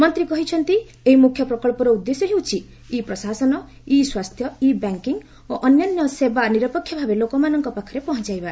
ମନ୍ତ୍ରୀ କହିଛନ୍ତି ଏହି ମୁଖ୍ୟ ପ୍ରକଚ୍ଚର ଉଦ୍ଦେଶ୍ୟ ହେଉଛି ଇ ପ୍ରଶାସନ ଇ ସ୍ୱାସ୍ଥ୍ୟ ଇ ବ୍ୟାଙ୍କିଙ୍ଗ୍ ଓ ଅନ୍ୟାନ୍ୟ ସେବା ନିରପେକ୍ଷ ଭାବେ ଲୋକମାନଙ୍କ ପାଖରେ ପହଞ୍ଚାଇବା